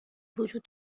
وجود